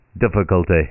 difficulty